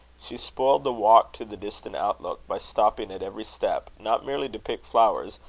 she spoiled the walk to the distant outlook, by stopping at every step, not merely to pick flowers,